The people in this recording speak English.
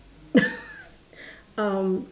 um